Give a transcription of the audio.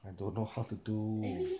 I don't know how to do